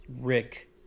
rick